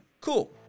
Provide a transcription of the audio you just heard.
cool